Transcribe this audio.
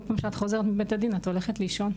כל פעם שאת חוזרת מבית הדין את הולכת לישון.